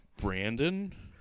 Brandon